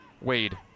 Wade